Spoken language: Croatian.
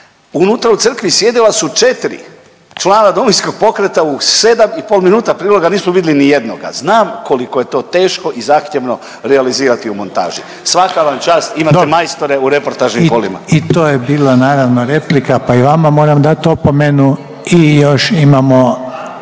unutra u crkvi sjedila su 4 člana Domovinskog pokreta u 7,5 minuta priloga nismo vidli nijednoga. Znam koliko je to teško i zahtjevno realizirati u montaži. Svaka vam čast, imate majstore u reportažnim kolima. **Reiner, Željko (HDZ)** Dobro. I to je bila naravno, replika pa i vama moram dat opomenu. I još imamo